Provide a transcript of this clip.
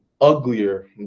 uglier